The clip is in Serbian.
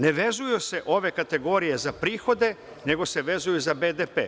Ne vezuju se ove kategorije za prihode, nego se vezuju za BDP.